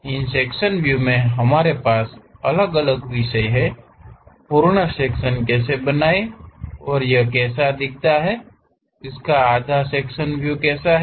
इसलिए इन section view में हमारे पास अलग अलग विषय हैं पूर्ण सेक्शन कैसे बनाएं और यह कैसा दिखता है इसका आधा सेक्शन व्यू कैसा है